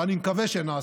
ואני מקווה שנעשה,